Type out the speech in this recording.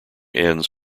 ends